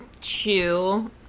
chew